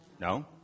No